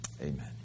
Amen